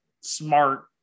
smart